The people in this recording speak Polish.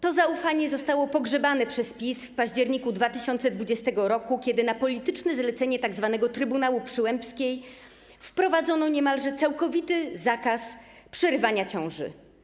To zaufanie zostało pogrzebane przez PiS w październiku 2020 r., kiedy na polityczne zlecenie tzw. trybunału Przyłębskiej wprowadzono niemalże całkowity zakaz przerywania ciąży.